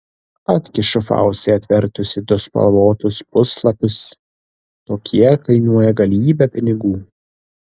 atkišu faustui atvertusi du spalvotus puslapius tokie kainuoja galybę pinigų